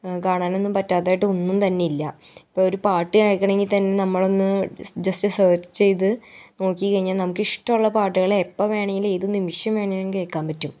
കാണാനൊന്നും പറ്റാത്തതായിട്ട് ഒന്നും തന്നില്ല ഇപ്പമൊരു പാട്ട് കേൾക്കണങ്കിൽ തന്നെ നമ്മളൊന്ന് ജെസ്റ്റ് സെർച്ച് ചെയ്ത് നോക്കിക്കഴിഞ്ഞാൽ നമുക്കിഷ്ടൊള്ള പാട്ട്കളെപ്പം വേണമെങ്കിലും ഏത് നിമിഷം വേണേലും കേൾക്കാമ്പറ്റും